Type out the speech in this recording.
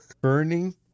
Burning